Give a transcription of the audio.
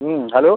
হুম hello